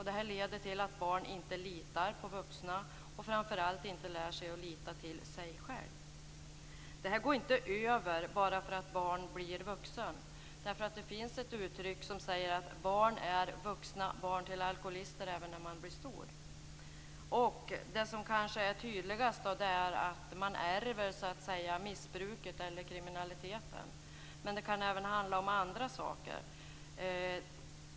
Detta leder till att barn inte litar på vuxna och framför allt inte lär sig att lita till sig själva. Detta går inte över bara för att barn blir vuxna. Det finns ett uttryck som säger att barn är vuxna barn till alkoholister även när de blir stora. Det som kanske är tydligast är att man så att säga ärver missbruket eller kriminaliteten. Det kan även handla om andra saker.